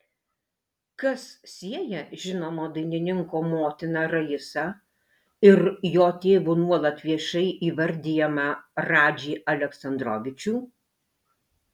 kas sieja žinomo dainininko motiną raisą ir jo tėvu nuolat viešai įvardijamą radžį aleksandrovičių